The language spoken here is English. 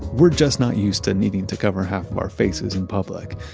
we're just not used to needing to cover half our faces in public.